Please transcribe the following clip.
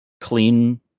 clean